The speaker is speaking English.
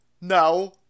No